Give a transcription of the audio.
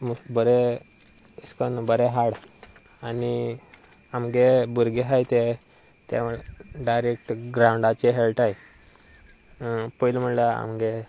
बरें अशें करून बरें हाड आनी आमगे भुरगे आसात ते ते डायरेक्ट ग्रावंडाचे खेळटात पयलीं म्हणल्यार आमचे